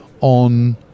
on